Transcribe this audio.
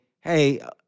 hey